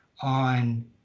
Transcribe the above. on